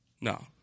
No